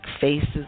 faces